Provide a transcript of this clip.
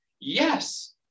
Yes